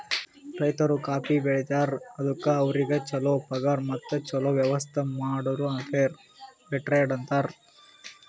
ರೈತರು ಕಾಫಿ ಬೆಳಿತಾರ್ ಅದುಕ್ ಅವ್ರಿಗ ಛಲೋ ಪಗಾರ್ ಮತ್ತ ಛಲೋ ವ್ಯವಸ್ಥ ಮಾಡುರ್ ಫೇರ್ ಟ್ರೇಡ್ ಅಂತಾರ್